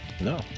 no